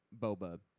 Boba